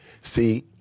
See